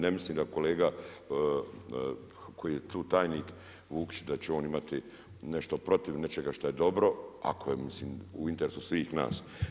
Ne mislim da kolega koji je tu tajnik Vukić da će on imati nešto protiv nečega što je dobro ako je mislim u interesu svih nas.